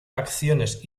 acciones